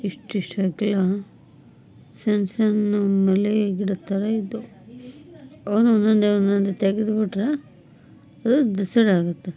ಇಷ್ಟಿಷ್ಟಗಲ ಸಣ್ಣ ಸಣ್ಣ ಮಲೆ ಗಿಡ ಥರ ಇದ್ದವು ಅವ್ನು ಒಂದೊಂದೆ ಒಂದೊಂದೆ ತೆಗ್ದು ಬಿಟ್ಟರೆ ಅದು ದಿಸಿರ ಆಗುತ್ತೆ